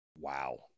Wow